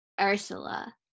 Ursula